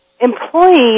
employees